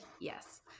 Yes